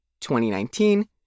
2019